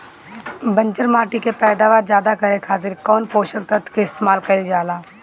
बंजर माटी के पैदावार ज्यादा करे खातिर कौन पोषक तत्व के इस्तेमाल कईल जाला?